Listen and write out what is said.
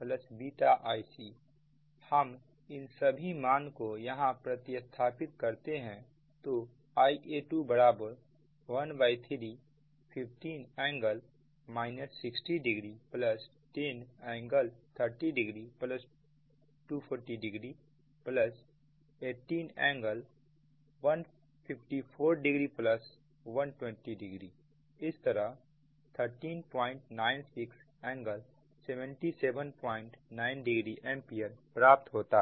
13Ia2IbIc हम इन सभी मान को यहां प्रति स्थापित करते हैं तो Ia21315 ㄥ 60o10ㄥ30o240o18ㄥ154o120oइस तरह 1396ㄥ779oएंपियर प्राप्त होता है